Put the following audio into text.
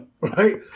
Right